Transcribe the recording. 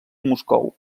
moscou